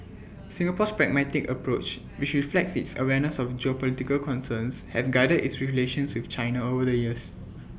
Singapore's pragmatic approach which reflects its awareness of geopolitical concerns has guided its relations with China over the years